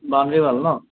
boundary wall no